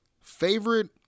favorite